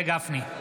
משה גפני,